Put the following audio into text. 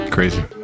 Crazy